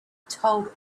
told